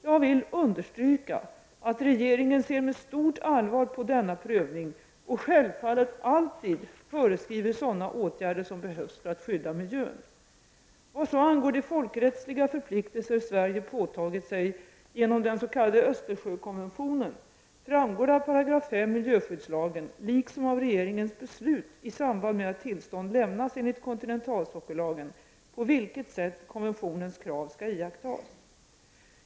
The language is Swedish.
Jag vill understryka att regeringen ser med stort allvar på denna prövning och självfallet alltid föreskriver sådana åtgärder som behövs för att skydda miljön. Vad så angår de folkrättsliga förpliktelser Sverige påtagit sig genom den s.k. Östersjökonventionen framgår av 5 § miljöskyddslagen liksom av regeringens beslut i samband med att tillstånd lämnas enligt kontinentalsockellagen på vilket sätt konventionens krav skall iakttas.